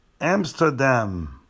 Amsterdam